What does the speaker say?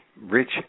rich